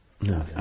No